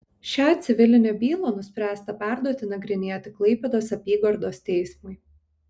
šią civilinę bylą nuspręsta perduoti nagrinėti klaipėdos apygardos teismui